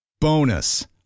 Bonus